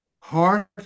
heart